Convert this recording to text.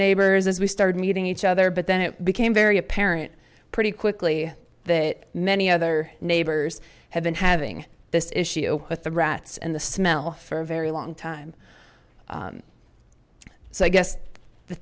neighbors as we started meeting each other but then it became very apparent pretty quickly that many other neighbors have been having this issue with the rats and the smell for a very long time so i guess the